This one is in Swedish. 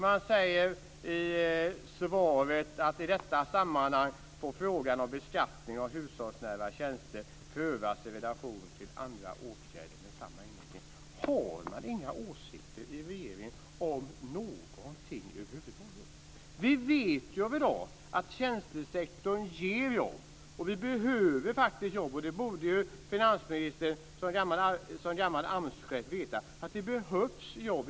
Han säger i svaret att frågorna om beskattningen av hushållsnära tjänster prövas i relation till andra åtgärder med samma inriktning. Har man inga åsikter i regeringen om någonting över huvud taget? Vi vet att tjänstesektorn i dag ger jobb. Vi behöver jobb. Finansministern borde, som gammal AMS-chef, veta att det behövs jobb.